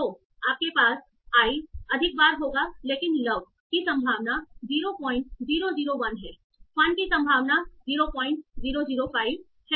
तो आपके पास आई अधिक बार होगा लेकिन लव की संभावना 0001 है फन की संभावना 0005 है